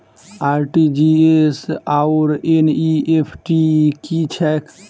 RTGS आओर NEFT की छैक?